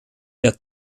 der